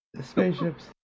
spaceships